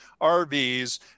RVs